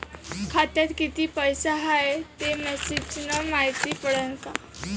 खात्यात किती पैसा हाय ते मेसेज न मायती पडन का?